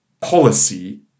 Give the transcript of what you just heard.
policy